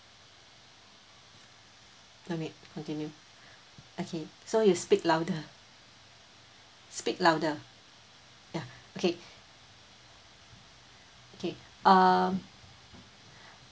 let me continue okay so you speak louder speak louder ya okay okay um